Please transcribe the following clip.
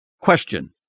Question